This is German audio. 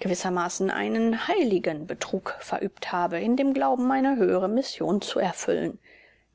gewissermaßen einen heiligen betrug verübt habe in dem glauben eine höhere mission zu erfüllen